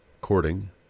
courting